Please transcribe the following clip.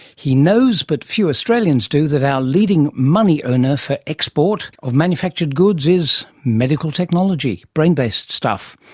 he knows, but few australians do, that our leading money earner for exports of manufactured goods is medical technology, brain based stuff.